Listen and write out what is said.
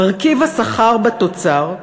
מרכיב השכר בתוצר,